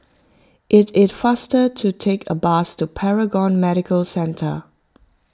it is faster to take a bus to Paragon Medical Centre